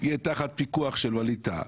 יהיה תחת פיקוח של ווליד טאהא.